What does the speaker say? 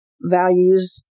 values